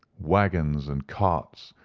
waggons and carts,